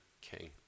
king